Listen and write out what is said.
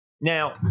Now